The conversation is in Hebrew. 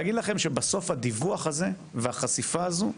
להגיד לכם שבסוף לדיווחים האלה ולחשיפה הזו,